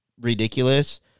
ridiculous